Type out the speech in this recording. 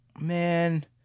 man